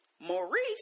Maurice